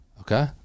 Okay